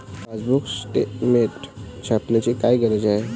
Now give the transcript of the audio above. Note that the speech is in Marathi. पासबुक स्टेटमेंट छापण्याची काय गरज आहे?